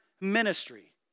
ministry